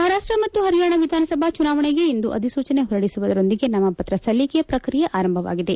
ಮಹಾರಾಷ್ಟ ಮತ್ತು ಪರಿಯಾಣ ವಿಧಾನಸಭಾ ಚುನಾವಣೆಗೆ ಇಂದು ಅಧಿಸೂಚನೆ ಹೊರಡಿಸುವದರೊಂದಿಗೆ ನಾಮಪತ್ರ ಸಲ್ಲಿಕೆ ಪ್ರಕ್ರಿಯೆ ಆರಂಭವಾಗಿದೆ